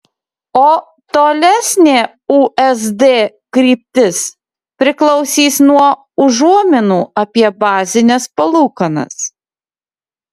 o tolesnė usd kryptis priklausys nuo užuominų apie bazines palūkanas